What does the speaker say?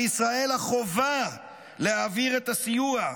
על ישראל החובה להעביר את הסיוע,